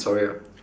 sorry ah